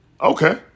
Okay